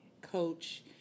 coach